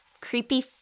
creepy